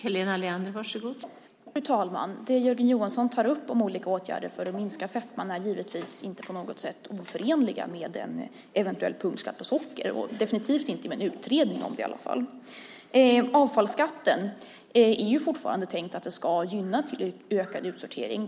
Fru talman! Jörgen Johansson tar upp olika åtgärder för att minska fetman. Dessa är givetvis inte på något sätt oförenliga med en eventuell punktskatt på socker, och definitivt inte med en utredning om det. Avfallsskatten är fortfarande tänkt att gynna en ökad utsortering.